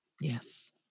Yes